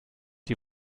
die